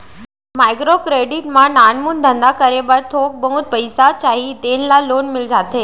micro credit म नानमुन धंधा करे बर थोक बहुत पइसा चाही तेन ल लोन मिल जाथे